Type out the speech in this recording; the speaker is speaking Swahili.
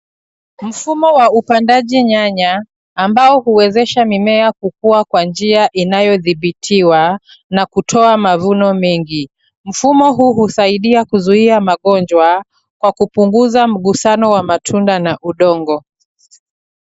Mfumo wa upandaji nyanya ambayo huwezesha mimea kukua kwa njia inayodhibitiwa na kutoa mavuno mengi. Mfumo huu husaidia kuzuia magonjwa kwa kupunguza mgusano wa matunda na udongo.